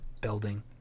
building